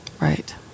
Right